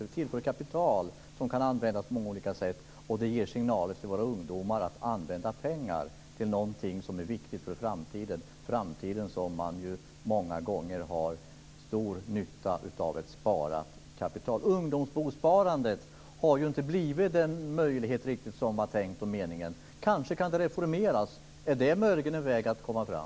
Det tillför kapital som kan användas på många olika sätt, och det ger signaler till våra ungdomar att använda pengar till någonting som är viktigt för framtiden, då man många gånger kommmer att ha nytta av ett sparat kapital. Ungdomsbosparandet har inte riktigt blivit den möjlighet som det var tänkt. Kanske kan det reformeras. Är det möjligen en framkomlig väg?